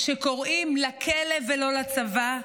שקוראים: לכלא ולא לצבא,